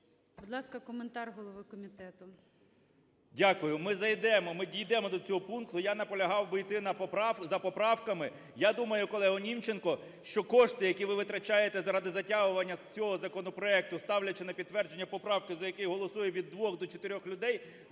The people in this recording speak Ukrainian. Будь ласка, коментар голови комітету. 13:46:22 КНЯЖИЦЬКИЙ М.Л. Дякую. Ми зайдемо, ми дійдемо до цього пункту. Я наполягав би йти за поправками. Я думаю, колего Німченко, що кошти, які ви витрачаєте заради затягування цього законопроекту, ставлячи на підтвердження поправки, за які голосує від двох до чотирьох людей,